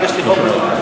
הגשתי חוק,